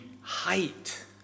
height